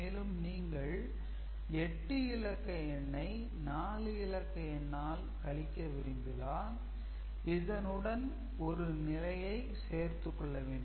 மேலும் நீங்கள் 8 இலக்க எண்ணை 4 இலக்க எண்ணால் கழிக்க விரும்பினால் இதனுடன் இன்னும் ஒரு நிலையை சேர்த்துக் கொள்ள வேண்டும்